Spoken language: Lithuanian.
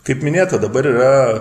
kaip minėta dabar yra